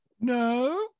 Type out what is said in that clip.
No